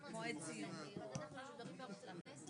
14:07.) אני מחדשת את ישיבת ועדת העבודה